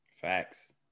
Facts